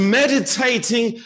meditating